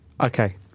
Okay